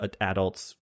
adults